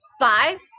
Five